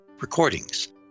recordings